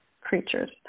creatures